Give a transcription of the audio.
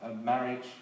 marriage